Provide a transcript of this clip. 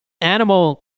animal